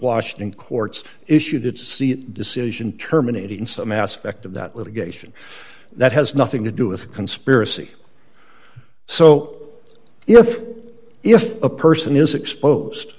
washington courts issued its the decision terminating some aspect of that litigation that has nothing to do with conspiracy so if if a person is exposed